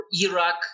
Iraq